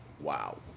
Wow